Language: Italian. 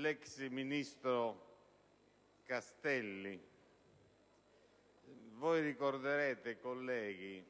l'ex ministro Castelli. Voi ricorderete, colleghi,